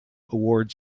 award